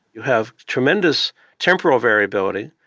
you have tremendous temporal variability,